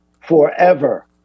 forever